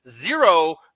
zero